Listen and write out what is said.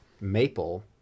maple